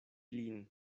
lin